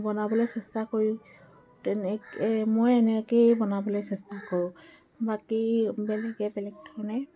বনাবলৈ চেষ্টা কৰো তেনেকৈ মই এনেকেই বনাবলৈ চেষ্টা কৰোঁ বাকী বেলেগে বেলেগ ধৰণে